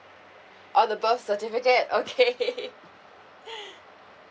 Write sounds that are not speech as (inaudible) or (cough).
oh the birth certificate okay (laughs) (breath)